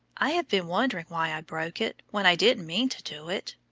i have been wondering why i broke it, when i didn't mean to do it.